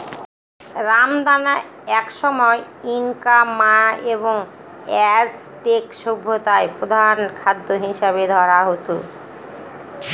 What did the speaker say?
রামদানা একসময় Inca, Maya এবং অ্যাজটেক সভ্যতায় প্রধান খাদ্য হিসাবে ধরা হত